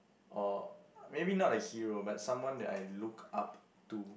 or maybe not like hero but someone that I look up to